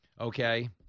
Okay